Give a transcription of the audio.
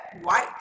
white